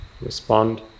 respond